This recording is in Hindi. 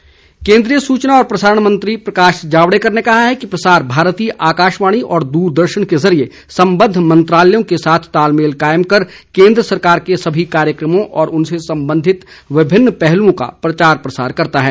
जावडेकर केन्द्रीय सूचना और प्रसारण मंत्री प्रकाश जावड़ेकर ने कहा है कि प्रसार भारती आकाशवाणी और दूरदर्शन के जरिये सम्बद्ध मंत्रालयों के साथ तालमेल कायम कर केन्द्र सरकार के सभी कार्यक्रमों और उनसे संबंधित विभिन्न पहलुओं का प्रचार प्रसार करता है